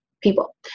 people